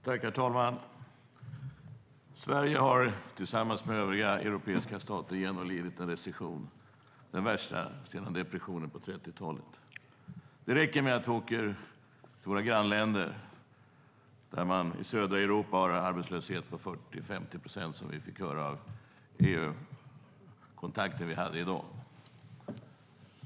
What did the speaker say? Herr talman! Sverige har tillsammans med övriga europeiska stater genomlidit en recession, den värsta sedan depressionen på 30-talet. Det räcker med att vi åker till våra grannländer där man i södra Europa har arbetslöshet på 40-50 procent, som vi fick höra vid kontakter vi hade i dag.